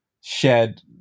shared